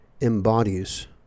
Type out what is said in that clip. embodies